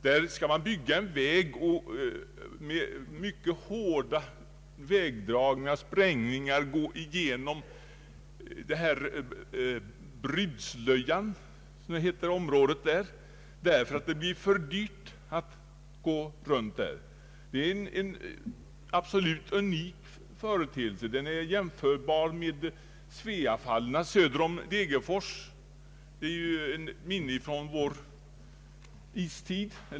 Där skall man bygga en väg, och det blir mycket hårda vägdragningar och sprängningar genom det natursköna Brudslöjanområdet, emedan det blir för dyrt att dra vägen runt området. Det gäller här en absolut unik företeelse, man kan göra en jämförelse med Sveafallen söder om Degerfors. Det är ett minne från vår istid.